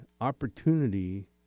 opportunity